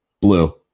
blue